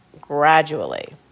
gradually